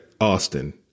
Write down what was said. Austin